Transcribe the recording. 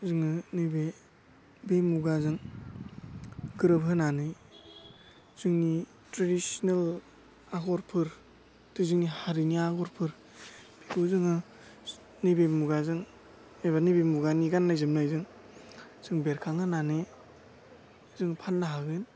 जोङो नैबे बे मुगाजों गोरोबहोनानै जोंनि ट्रेदिसिनेल आग'रफोर थ' जोंनि हारिनि आग'रफोर बेखौ जोङो नैबे मुगाजों एबा नैबे मुगानि गाननाय जोमनायजों जों बेरखांहोनानै जों फाननो हागोन